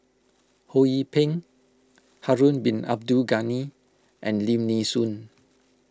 Ho Yee Ping Harun Bin Abdul Ghani and Lim Nee Soon